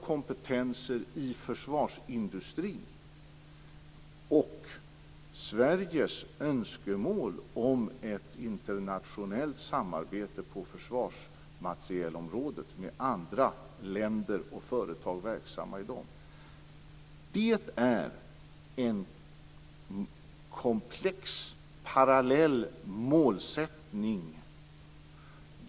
Kompetens i den svenska försvarsindustrin och ett internationellt samarbete på försvarsmaterielområdet med andra länder och företag verksamma i dessa är en komplex och parallell målsättning.